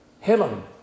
Helen